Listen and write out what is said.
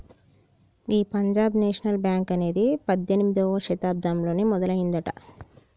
గీ Punjab National Bank అనేది పద్దెనిమిదవ శతాబ్దంలోనే మొదలయ్యిందట